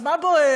אז מה בוער?